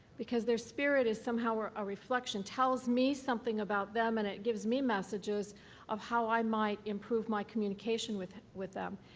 because their spirit is somehow a reflection, tells me something about them and it gives me messages of how i might improve my communication with with them.